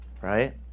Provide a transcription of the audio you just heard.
Right